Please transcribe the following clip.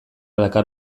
dakar